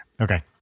Okay